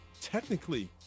technically